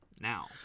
now